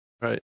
Right